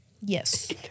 Yes